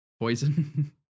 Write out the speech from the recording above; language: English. poison